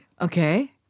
okay